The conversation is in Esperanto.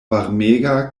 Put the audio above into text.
varmega